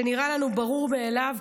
זה נראה לנו ברור מאליו,